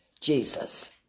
Jesus